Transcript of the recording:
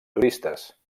turistes